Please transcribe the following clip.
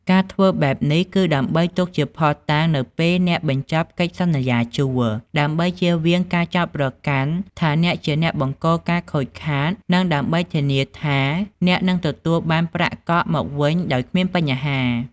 ការធ្វើបែបនេះគឺដើម្បីទុកជាភស្តុតាង នៅពេលអ្នកបញ្ចប់កិច្ចសន្យាជួល ដើម្បីជៀសវាងការចោទប្រកាន់ថាអ្នកជាអ្នកបង្កការខូចខាត និងដើម្បីធានាថាអ្នកនឹងទទួលបានប្រាក់កក់មកវិញដោយគ្មានបញ្ហា។